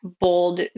bold